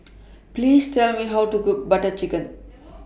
Please Tell Me How to Cook Butter Chicken